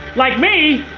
like me?